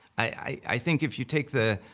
i, i think if you take the,